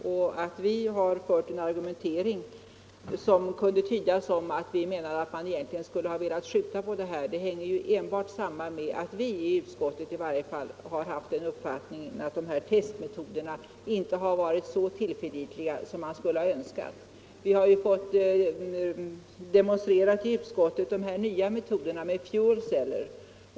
Att utskottet har en argumentering som kunde tydas så att vi menar att man egentligen skulle ha velat skjuta på beslutet i ärendet beror enbart på att vi för vår del haft den uppfattningen, att testmetoderna inte är så tillförlitliga som hade varit önskvärt. Vi har i utskottet fått en ny apparat demonstrerad, innehållande s.k. fuel-celler.